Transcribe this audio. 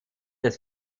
des